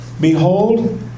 Behold